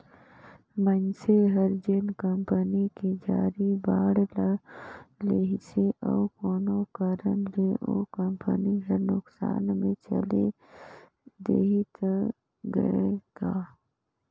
मइनसे हर जेन कंपनी के जारी बांड ल लेहिसे अउ कोनो कारन ले ओ कंपनी हर नुकसान मे चल देहि त गय गा